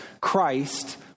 Christ